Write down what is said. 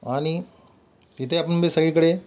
आणि तिथे आपणही सगळीकडे